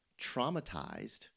traumatized